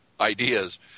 ideas